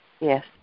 Yes